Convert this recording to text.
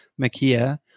Makia